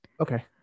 okay